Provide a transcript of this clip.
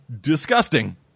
disgusting